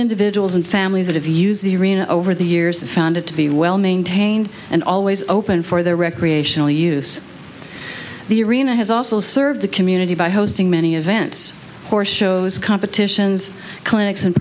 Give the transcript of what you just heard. individuals and families that have used the arena over the years and found it to be well maintained and always open for the recreational use of the arena has also served the community by hosting many events or shows competitions clinics and